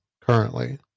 currently